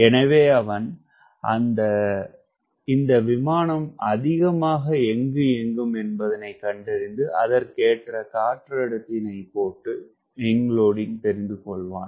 எனவே அவன் இந்த விமானம் அதிகமாக எங்கு இயங்கும் என்பதனை கண்டறிந்து அதற்கேற்ற காற்றடர்த்தியினை போட்டு விங்க் லோடிங்க் தெரிந்துகொள்வான்